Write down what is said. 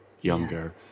younger